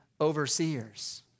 overseers